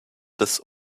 des